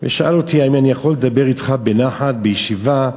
ושאל אותי: האם אני יכול לדבר אתך בנחת, בישיבה?